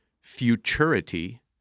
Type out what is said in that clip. futurity